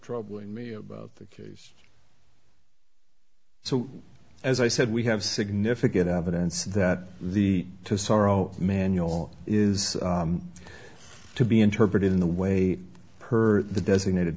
troubling me about the case so as i said we have significant evidence that the sorrow manual is to be interpreted in the way per the designated